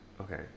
okay